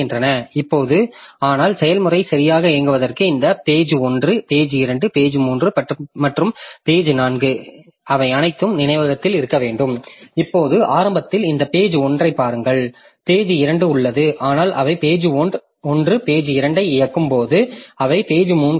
இப்போது ஆனால் செயல்முறை சரியாக இயங்குவதற்கு இந்த பேஜ்1 பேஜ்2 பேஜ்3 மற்றும் பேஜ்4 எனவே அவை அனைத்தும் நினைவகத்தில் இருக்க வேண்டும் இப்போது ஆரம்பத்தில் இந்த பேஜ்1 ஐப் பாருங்கள் பேஜ்2 உள்ளது ஆனால் அவை பேஜ்1 பேஜ்2 ஐ இயக்கும் போது அவை பேஜ்3 ஐக் குறிக்கும்